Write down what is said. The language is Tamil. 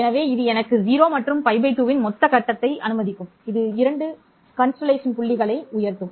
எனவே இது எனக்கு 0 மற்றும் π 2 இன் மொத்த கட்டத்தை அனுமதிக்கும் இது 2 விண்மீன் புள்ளிகளை உயர்த்தும்